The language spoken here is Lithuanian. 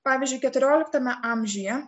pavyzdžiui keturioliktame amžiuje